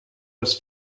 des